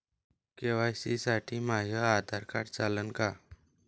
KYC साठी माह्य Aadhaar card चालन का?